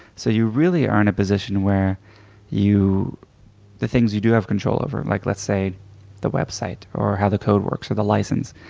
so you really are in a position where the things you do have control over, like let's say the website or how the code works, or the license.